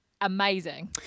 amazing